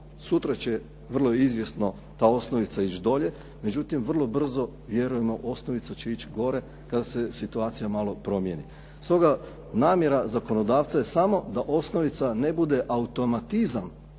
sutra će vrlo izvjesno ta osnovica ići dolje, međutim vrlo brzo vjerujemo osnovica će ići gore kada se situacija malo promijeni. Stoga, namjera zakonodavca je samo da osnovica ne bude automatizam